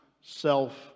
self